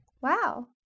Wow